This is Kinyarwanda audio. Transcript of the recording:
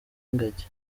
ingagi